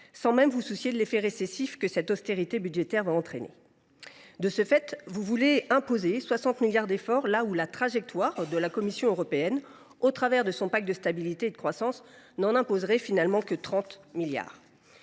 sans même vous soucier de l’effet récessif qu’une telle austérité va entraîner. Dans cette perspective, vous voulez imposer 60 milliards d’euros d’efforts, là où la trajectoire de la Commission européenne, au travers de son pacte de stabilité et de croissance, n’en imposerait que 30 milliards.